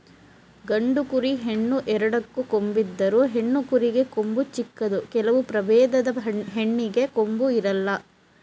ಗಂಡು ಕುರಿ, ಹೆಣ್ಣು ಎರಡಕ್ಕೂ ಕೊಂಬಿದ್ದರು, ಹೆಣ್ಣು ಕುರಿಗೆ ಕೊಂಬು ಚಿಕ್ಕದು ಕೆಲವು ಪ್ರಭೇದದ ಹೆಣ್ಣಿಗೆ ಕೊಂಬು ಇರಲ್ಲ